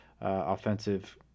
offensive